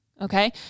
Okay